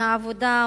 מהעבודה,